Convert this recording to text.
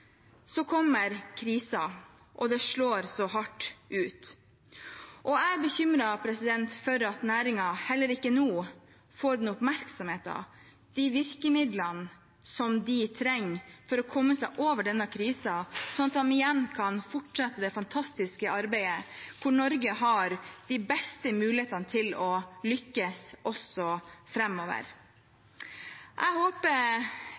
Så kom krisen, og den slo så hardt ut. Jeg er bekymret for at næringen heller ikke nå får den oppmerksomheten, de virkemidlene som den trenger for å komme seg over denne krisen, sånn at den igjen kan fortsette det fantastiske arbeidet hvor Norge har de beste mulighetene til å lykkes også framover. Jeg håper